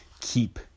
Keep